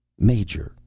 major,